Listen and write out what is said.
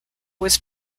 was